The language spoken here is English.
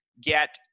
get